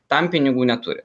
tam pinigų neturi